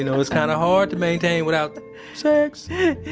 you know it's kind of hard to maintain without sex yeah,